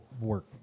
work